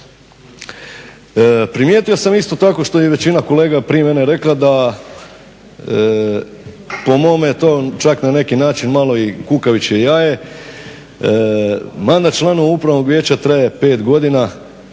Primijetio sam isto tako što je i većina kolega prije mene rekla da po mome je to čak na neki način malo i kukavičko jaje. Mandat članova upravnog vijeća traje 5 godina,